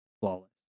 flawless